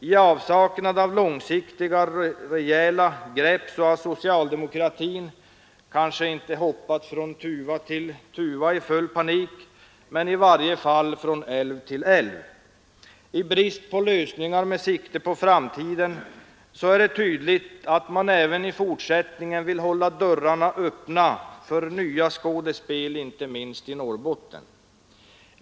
I avsaknad av långsiktiga rejäla grepp har socialdemokratin, kanske inte hoppat från tuva till tuva i full panik, men i varje fall från älv till älv. I brist på lösningar med sikte på framtiden är det tydligt att man även i fortsättningen vill hålla dörrarna öppna för nya skådespel, inte minst i Norrbotten.